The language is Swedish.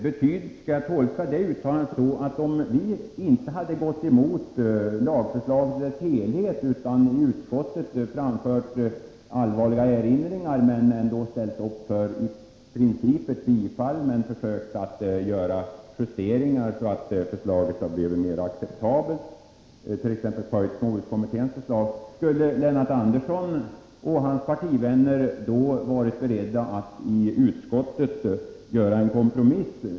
Skall jag tolka det uttalandet ungefär så här: Om vii utskottet hade nöjt oss med att framföra allvarliga erinringar mot lagförslaget i vissa avseenden men ändå tillstyrkt förslaget med vissa justeringar, så att det hade blivit mer acceptabelt och exempelvis följt småhusköpskommitténs förslag, skulle då Lennart Andersson och hans partivänner varit beredda att i utskottet göra en kompromiss?